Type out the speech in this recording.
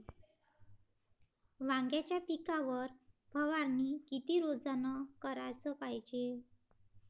वांग्याच्या पिकावर फवारनी किती रोजानं कराच पायजे?